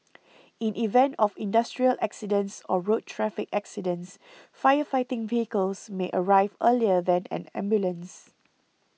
in event of industrial accidents or road traffic accidents fire fighting vehicles may arrive earlier than an ambulance